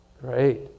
Great